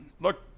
Look